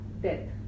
death